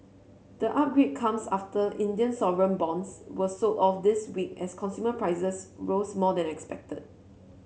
the upgrade comes after Indian sovereign bonds were sold off this week as consumer prices rose more than expected